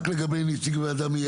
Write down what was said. רק לגבי נציג וועדה מייעצת?